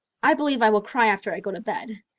i believe i will cry after i go to bed.